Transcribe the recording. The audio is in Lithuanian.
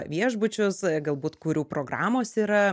viešbučius galbūt kurių programos yra